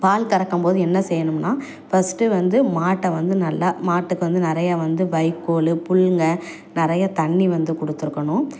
பால் கறக்கும் போது என்ன செய்யணும்னால் ஃபஸ்ட்டு வந்து மாட்டை வந்து நல்லா மாட்டுக்கு வந்து நிறையா வந்து வைக்கோல் புல்லுங்கள் நிறையா தண்ணி வந்து கொடுத்துருக்கணும்